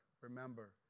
remember